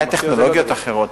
היו טכנולוגיות אחרות.